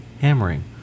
hammering